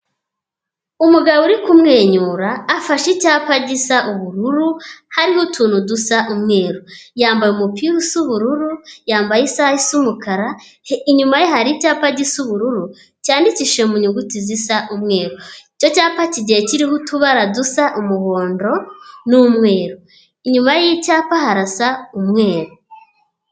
Umugabo uri kumwenyura, afashe icyapa gisa ubururu, hariho utuntu dusa umweru. Yambaye umupira usa ubururu, yambaye isaha isa umukara, inyuma ye hari icyapa gisa ubururu, cyandikishije mu nyuguti zisa umweru. Icyo cyapa kigiye kiriho utubara dusa umuhondo n'umweru. Inyuma y'icyapa harasa umweru.